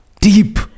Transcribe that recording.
deep